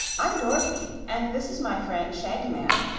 i'm dorothy and this is my friend shaggy man,